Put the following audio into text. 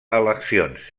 eleccions